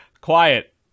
Quiet